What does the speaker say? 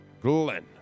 Glenn